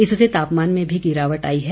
इससे तापमान में भी गिरावट आई है